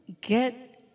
get